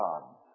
God